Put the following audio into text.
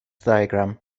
diagram